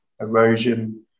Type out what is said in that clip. erosion